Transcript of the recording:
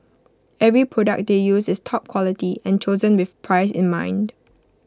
every product they use is top quality and chosen with price in mind